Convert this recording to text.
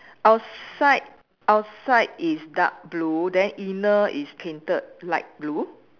outside outside is dark blue then inner is painted light blue